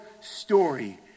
story